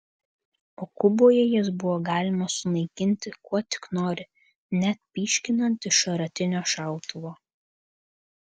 o kuboje jas buvo galima sunaikinti kuo tik nori net pyškinant iš šratinio šautuvo